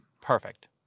Perfect